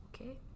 Okay